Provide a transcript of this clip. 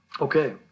Okay